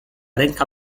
ręka